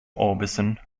orbison